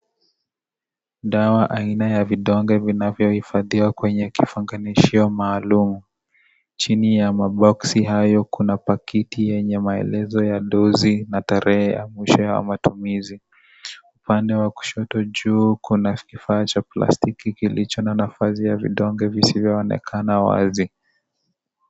Dawa aina ya vidonge vinavyohifadhiwa kwenye kifunganishio maalum. Chini ya maboksi hayo kuna pakiti yenye maelezo ya dozi na tarehe ya mwisho ya matumizi. Upande wa kushoto juu kuna kifaa cha plastiki kilicho na nafasi ya vidonge visivyoonekana wazi.